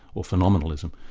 or phenomenalism,